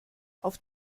auf